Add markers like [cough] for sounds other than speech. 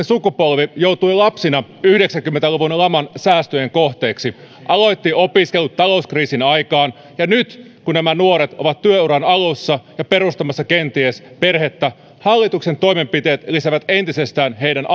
[unintelligible] sukupolvi joutui lapsina yhdeksänkymmentä luvun laman säästöjen kohteeksi aloitti opiskelut talouskriisin aikaan ja nyt kun nämä nuoret ovat työuran alussa ja kenties perustamassa perhettä hallituksen toimenpiteet lisäävät entisestään heidän [unintelligible]